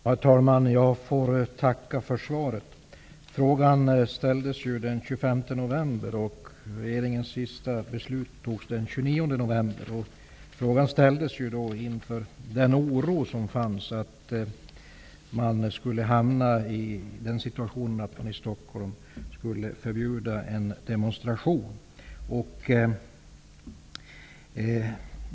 Herr talman! Jag tackar för svaret. Frågan ställdes ju den 25 november, och regeringens sista beslut fattades den 29 november. Frågan ställdes med anledning av den oro som fanns för att man skulle förbjuda en demonstration i Stockholm.